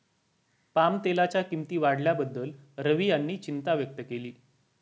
पामतेलाच्या किंमती वाढल्याबद्दल रवी यांनी चिंता व्यक्त केली